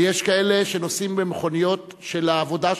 ויש כאלה שנוסעים במכוניות של העבודה שלהם,